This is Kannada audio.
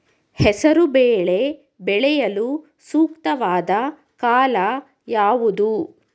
ಹೆಸರು ಬೇಳೆ ಬೆಳೆಯಲು ಸೂಕ್ತವಾದ ಕಾಲ ಯಾವುದು?